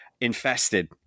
Infested